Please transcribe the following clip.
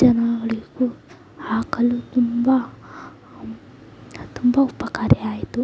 ಜನರಿಗೂ ಹಾಕಲು ತುಂಬ ತುಂಬ ಉಪಕಾರಿಯಾಯಿತು